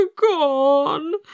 Gone